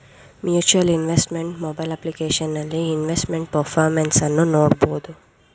mutual investment mobile ಅಪ್ಲಿಕೇಶನಲ್ಲಿ investment performance ಅನ್ನು ನೋಡ್ಬೋದು